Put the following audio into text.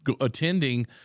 attending